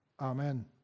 Amen